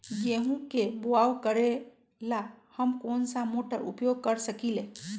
गेंहू के बाओ करेला हम कौन सा मोटर उपयोग कर सकींले?